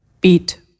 Beat